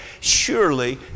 surely